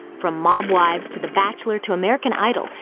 from mob wives to the bachelor to american idol,